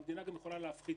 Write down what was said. והמדינה גם יכולה להפחית,